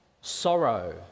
sorrow